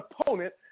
opponent